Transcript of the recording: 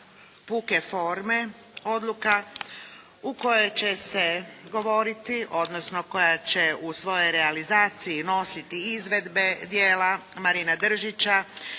puke forme, odluka u kojoj će se govoriti, odnosno koja će u svojoj realizaciji nositi izvedbe djela Marina Držića,